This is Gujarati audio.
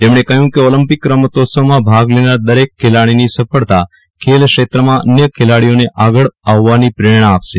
તેમણે કહ્યું હતું કે ઓલિમ્પિક રમતોત્સવમાં ભાગ લેનાર દરેક ખેલાડીની સફળતા ખેલ ક્ષેત્રમાં અન્ય ખેલાડીઓને આગળ આવવાની પ્રેરણા આપશે